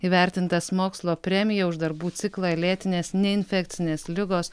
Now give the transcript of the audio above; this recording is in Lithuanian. įvertintas mokslo premija už darbų ciklą lėtinės neinfekcinės ligos